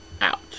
out